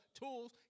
tools